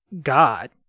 God